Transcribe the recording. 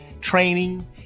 training